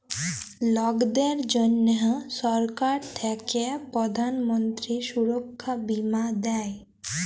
লকদের জনহ সরকার থাক্যে প্রধান মন্ত্রী সুরক্ষা বীমা দেয়